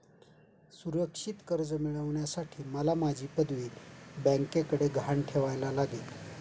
सुरक्षित कर्ज मिळवण्यासाठी मला माझी पदवी बँकेकडे गहाण ठेवायला लागेल